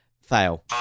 Fail